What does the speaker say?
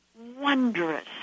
wondrous